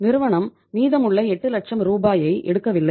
நிறுவனம் மீதமுள்ள 8 லட்சம் ரூபாயை எடுக்கவில்லை